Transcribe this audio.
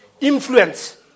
influence